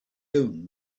own